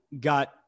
got